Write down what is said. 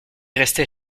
restait